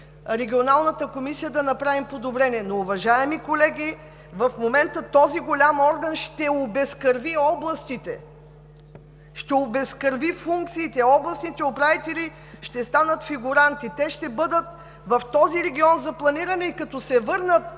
се опитали да направим подобрения. Уважаеми колеги, в момента този голям орган ще обезкърви областите, ще обезкърви функциите, областните управители ще станат фигуранти. Те ще бъдат в този регион за планиране и като се върнат